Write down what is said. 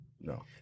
No